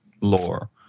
lore